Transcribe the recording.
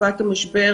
הסיוע במזון,